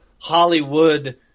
Hollywood